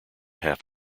half